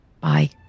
Bye